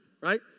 right